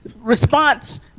response